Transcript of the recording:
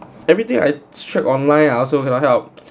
everything I check online I also cannot help